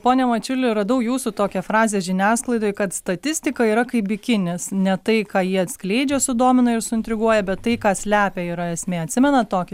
pone mačiuli radau jūsų tokią frazę žiniasklaidoj kad statistika yra kaip bikinis ne tai ką ji atskleidžia sudomina ir suintriguoja bet tai ką slepia yra esmė atsimenat tokį